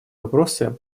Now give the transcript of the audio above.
вопросы